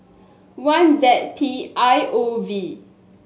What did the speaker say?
one Z P I O V